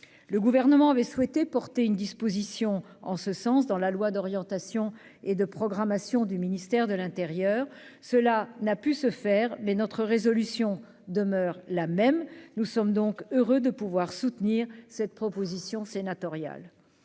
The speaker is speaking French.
Le Gouvernement avait souhaité porter une disposition en ce sens dans la loi d'orientation et de programmation du ministère de l'intérieur. Cela n'a pu se faire, mais notre résolution demeure inchangée. Nous sommes donc heureux de soutenir cette proposition de loi sénatoriale.